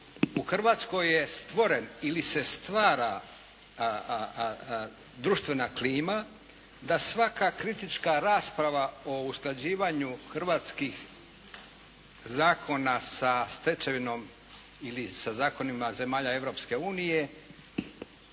U Hrvatskoj je stvoren ili se stvara društvena klima da svaka kritička rasprava o usklađivanju hrvatskih zakona sa stečevinom ili sa zakonima zemalja Europske unije